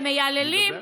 ומייללים,